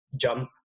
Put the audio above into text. jump